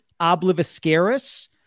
Obliviscaris